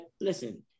listen